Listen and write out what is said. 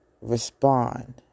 respond